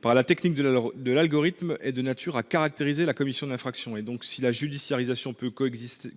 par la technique de l’algorithme est de nature à caractériser la commission d’une infraction. Si la judiciarisation peut constituer